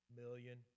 million